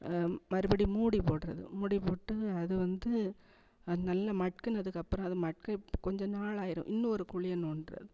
மறுபடியும் மூடி போடுறது மூடி போட்டு அது வந்து அது நல்ல மக்குனதுக்கப்பறம் அது மக்க கொஞ்சநாள் ஆயிடும் இன்னொரு குழிய நோண்டுறது